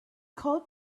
called